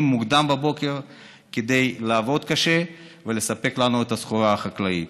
מוקדם בבוקר כדי לעבוד קשה ולספק לנו את הסחורה החקלאית.